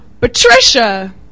Patricia